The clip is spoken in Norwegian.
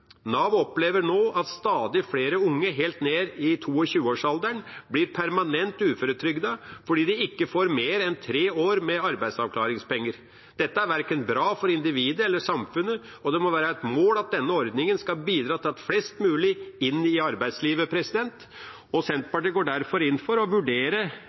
Nav opplever nå at stadig flere unge helt ned i 22-årsalderen blir permanent uføretrygdet fordi de ikke får mer enn tre år med arbeidsavklaringspenger. Dette er ikke bra for verken individet eller samfunnet. Det må være et mål at denne ordningen skal bidra til at flest mulig kommer inn i arbeidslivet. Senterpartiet går derfor inn for å vurdere